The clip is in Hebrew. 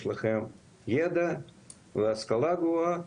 יש להם ידע בהשכלה גבוהה,